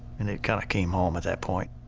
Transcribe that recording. and it kind of came home at that point.